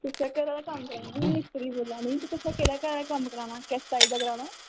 तुसें घरा कम्म कराना में मिस्त्री बोला नी ते तुसें केह्ड़ा कम्म कराना किस टाईप दा कराना